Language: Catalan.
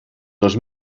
dos